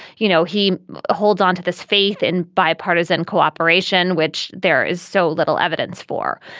you know, he holds on to this faith in bipartisan cooperation, which there is so little evidence for.